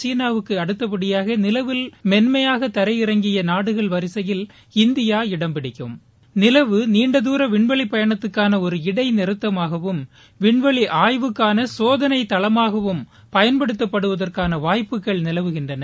சீனாவிற்கு அடுத்தப்படியாக நிலவில் மென்மையாக தரையிறங்கிய நாடுகள் வரிசையில் இந்தியா இடம்பிடிக்கும் நிலவின் நீண்ட தரா விண்வெளி பயணத்திற்கான ஒரு இடை நிறுத்தமாகவும் விண்வெளி ஆய்வுக்கான சோதனை தளமாகவும் பயன்படுத்தப்படுத்தவதற்கான வாய்ப்புகள் நிலவுகின்றன